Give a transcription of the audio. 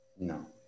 No